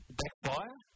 backfire